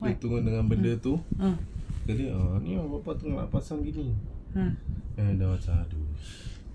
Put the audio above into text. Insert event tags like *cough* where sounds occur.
dia tukar dengan benda tu lepas tu err ni lah bapa nak pasang begini then aku macam *noise*